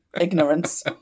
ignorance